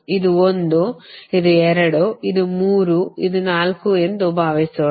ಇದು 1 ಇದು 2 ಇದು 3 ಮತ್ತು ಇದು 4 ಎಂದು ಭಾವಿಸೋಣ